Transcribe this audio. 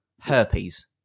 Herpes